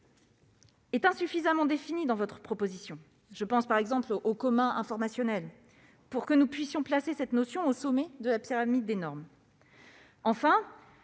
est insuffisamment définie dans votre proposition- je pense, par exemple, aux « communs informationnels » -pour que nous puissions placer cette notion au sommet de la pyramide des normes.